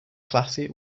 classy